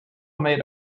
made